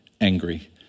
angry